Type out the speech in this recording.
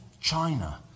China